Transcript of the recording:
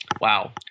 Wow